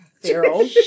Feral